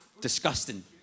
disgusting